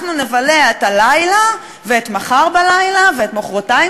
אנחנו נבלה את הלילה ואת מחר בלילה ואת מחרתיים